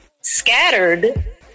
scattered